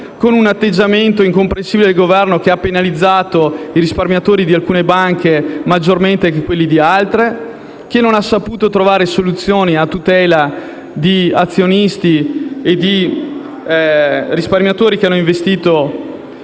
con un atteggiamento incomprensibile del Governo che ha penalizzato maggiormente i risparmiatori di alcune banche rispetto a quelli di altre non ha saputo trovare soluzioni a tutela di azionisti e risparmiatori che hanno investito